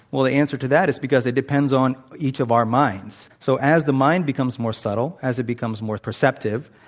well, the answer to that is because it depends on each of our minds. so, as the mind becomes more subtle, as it becomes more perceptive,